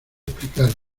explicar